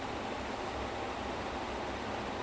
the ya the it says him lah but ya